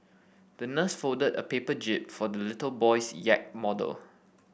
the nurse folded a paper jib for the little boy's yacht model